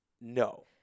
No